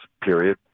period